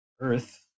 Earth